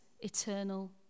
eternal